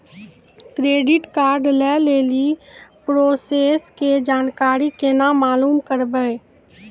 Credit card लय लेली process के जानकारी केना मालूम करबै?